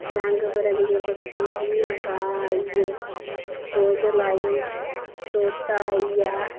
रंग बरंगे पक्खरु जि'यां कां आई गे कोयल आई तोता आई गेआ